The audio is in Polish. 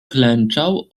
klęczał